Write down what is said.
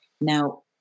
Now